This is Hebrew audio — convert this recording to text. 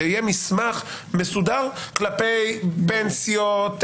כלומר שיהיה מסמך מסודר כלפי פנסיות,